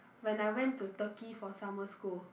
when I went for Turkey for summer school